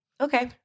Okay